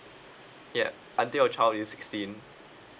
yup until your child is sixteen